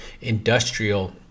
industrial